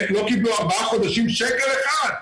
לא קיבלו ארבעה חודשים שקל אחד.